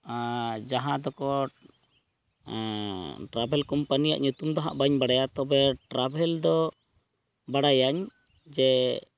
ᱟᱨ ᱡᱟᱦᱟᱸ ᱫᱚᱠᱚ ᱴᱨᱟᱵᱷᱮᱞ ᱠᱳᱢᱯᱟᱱᱤᱭᱟᱜ ᱧᱩᱛᱩᱢ ᱫᱚᱦᱟᱸᱜ ᱵᱟᱹᱧ ᱵᱟᱲᱟᱭᱟ ᱛᱚᱵᱮ ᱴᱨᱟᱵᱷᱮᱞ ᱫᱚ ᱵᱟᱲᱟᱭᱟᱹᱧ ᱡᱮ